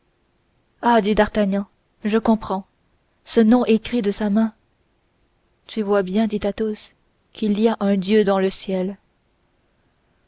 dit d'artagnan je comprends ce nom écrit de sa main tu vois bien dit athos qu'il y a un dieu dans le ciel